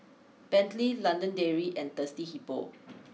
Bentley London Dairy and Thirsty Hippo